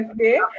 okay